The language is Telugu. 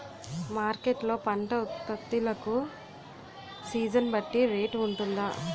మార్కెట్ లొ పంట ఉత్పత్తి లకు సీజన్ బట్టి రేట్ వుంటుందా?